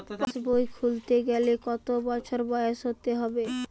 পাশবই খুলতে গেলে কত বছর বয়স হতে হবে?